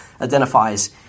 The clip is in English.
identifies